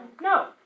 no